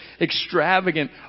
extravagant